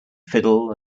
fiddle